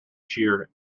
shear